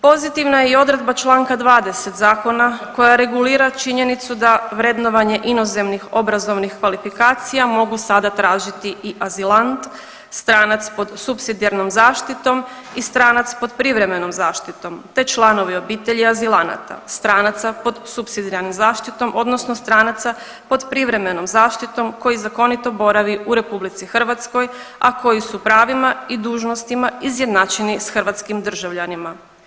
Pozitivna je i odredba Članka 20. zakona koja regulira činjenicu da vrednovanje inozemnih obrazovnih kvalifikacija mogu sada tražiti i azilant, stranac pod supsidijarnom zaštitom i stranac pod privremenom zaštitom te članovi obitelji azilanata, stranaca pod supsidijarnom zaštitom odnosno stranaca pod privremenom zaštitom koji zakonito boravi u RH, a koji su pravima i dužnostima izjednačeni s hrvatskim državljanima.